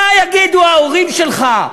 מה יגידו ההורים שלך?